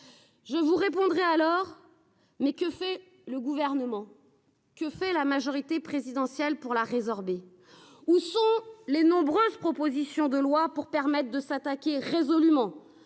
Je vous répondrai alors. Mais que fait le gouvernement, que fait la majorité présidentielle pour la résorber. Où sont les nombreuses propositions de loi pour permettre de s'attaquer résolument à